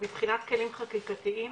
מבחינת כלים חקיקתיים,